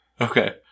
okay